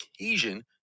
occasion